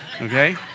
okay